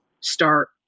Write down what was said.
start